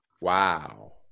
Wow